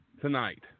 tonight